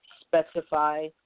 specify